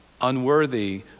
unworthy